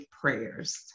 prayers